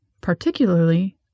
Particularly